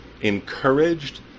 encouraged